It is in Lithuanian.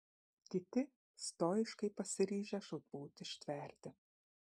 kiti stoiškai pasiryžę žūtbūt ištverti